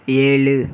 ஏழு